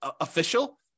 official